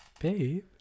Babe